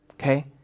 okay